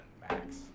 max